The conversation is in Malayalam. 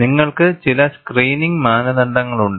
നിങ്ങൾക്ക് ചില സ്ക്രീനിംഗ് മാനദണ്ഡങ്ങളുണ്ട്